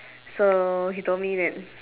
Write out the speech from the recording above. so he told me that